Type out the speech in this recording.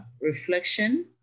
reflection